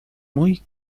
muy